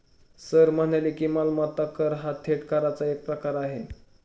sir म्हणाले की, मालमत्ता कर हा थेट कराचा एक प्रकार आहे